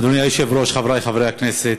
אדוני היושב-ראש, חברי חברי הכנסת,